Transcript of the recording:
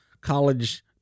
college